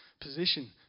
position